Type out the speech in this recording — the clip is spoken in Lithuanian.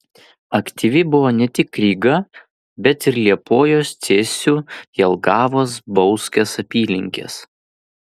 aktyvi buvo ne tik ryga bet ir liepojos cėsių jelgavos bauskės apylinkės